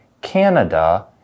Canada